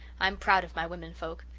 i'm proud of my women folk.